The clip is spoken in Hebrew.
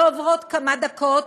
לא עוברות כמה דקות,